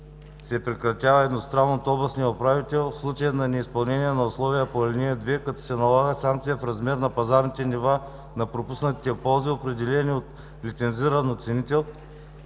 се прекратява едностранно от областния управител в случай на неизпълнение на условието по ал. 2, като се налага санкция в размер на пазарните нива на пропуснатите ползи, определени от лицензиран оценител.